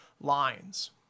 lines